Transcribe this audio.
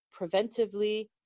preventively